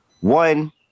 One